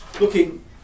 looking